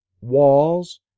walls